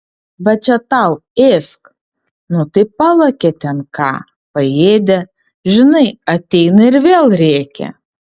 va čia tau ėsk nu tai palakė ten ką paėdė žinai ateina ir vėl rėkia